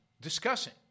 discussing